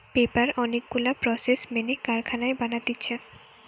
paper অনেক গুলা process মেনে কারখানায় বানাতিছে